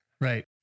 Right